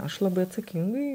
aš labai atsakingai